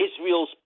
israel's